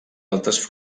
altres